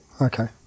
Okay